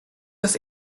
das